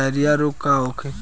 Diarrhoea रोग का होखे?